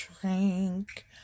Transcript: drink